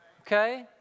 okay